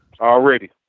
Already